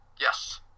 yes